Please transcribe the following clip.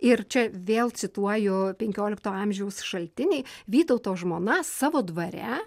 ir čia vėl cituoju penkiolikto amžiaus šaltiniai vytauto žmona savo dvare